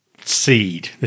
seed